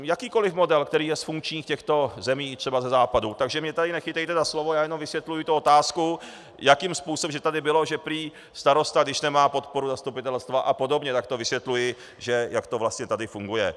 Jakýkoli model, který je z funkčních zemí, třeba ze západu, takže mě tady nechytejte za slovo, já jenom vysvětluji tu otázku, jakým způsobem, protože tady bylo, že prý starosta, když nemá podporu zastupitelstva apod., tak to vysvětluji, jak to vlastně tady funguje.